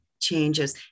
changes